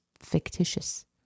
fictitious